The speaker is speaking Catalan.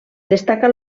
destaca